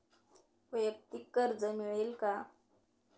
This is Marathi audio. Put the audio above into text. वैयक्तिक कर्ज मिळेल का?